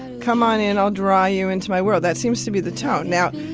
and come on in. i'll draw you into my world. that seems to be the tone. now,